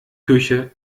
küche